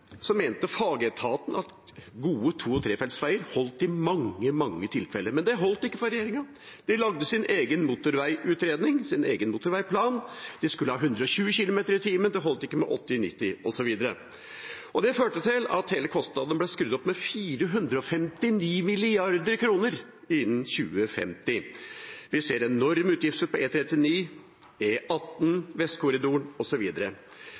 mente fagetaten at gode to- og trefeltsveier holdt i mange, mange tilfeller, men det holdt ikke for regjeringa. De lagde sin egen motorveiutredning, sin egen motorveiplan. De skulle ha 120 km/t, det holdt ikke med 80–90 km/t, osv. Det førte til at kostnadene ble skrudd opp med 459 mrd. kr innen 2050. Vi ser enorme utgifter på